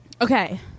Okay